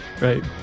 Right